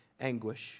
anguish